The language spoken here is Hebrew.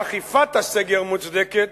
אכיפת הסגר מוצדקת,